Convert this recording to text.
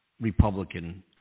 Republican